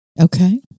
Okay